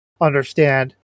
understand